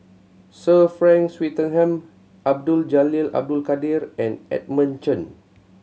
Sir Frank Swettenham Abdul Jalil Abdul Kadir and Edmund Chen